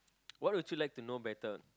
what would you like to know better